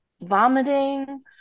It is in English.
vomiting